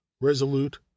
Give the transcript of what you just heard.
resolute